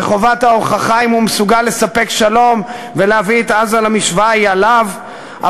וחובת ההוכחה אם הוא מסוגל לספק שלום ולהביא את עזה למשוואה היא עליו,